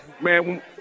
Man